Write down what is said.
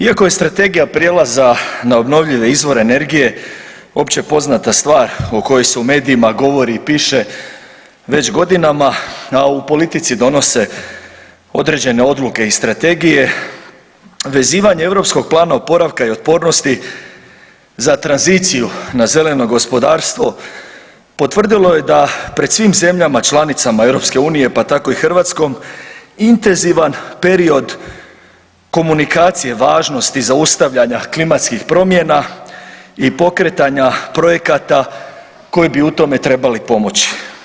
Iako je strategija prijelaza na obnovljive izvore energije opće poznata stvar o kojoj se u medijima govori i piše već godinama, a u politici donose određene odluke i strategije vezivanje europskog plana oporavka i otpornosti za tranziciju na zeleno gospodarstvo potvrdilo je da pred svim zemljama članicama EU, pa tako i Hrvatskom intenzivan period komunikacije važnosti zaustavljanja klimatskih promjena i pokretanja projekata koji bi u tome trebali pomoći.